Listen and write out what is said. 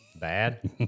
bad